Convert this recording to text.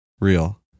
real